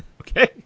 Okay